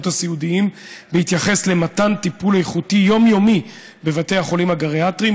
הסיעודיים בהתייחס למתן טיפול איכותי יומיומי בבתי החולים הגריאטריים,